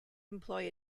employ